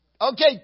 Okay